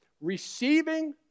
receiving